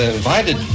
invited